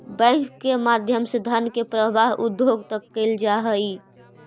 bank के माध्यम से धन के प्रवाह उद्योग तक कैल जा हइ